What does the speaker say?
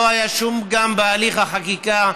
לא היה שום פגם בהליך החקיקה,